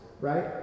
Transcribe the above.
right